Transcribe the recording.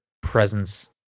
presence